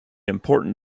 important